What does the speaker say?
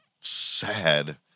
sad